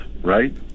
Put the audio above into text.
right